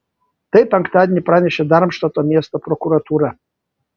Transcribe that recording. tai penktadienį pranešė darmštato miesto prokuratūra